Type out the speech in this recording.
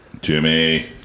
Jimmy